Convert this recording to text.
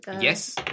Yes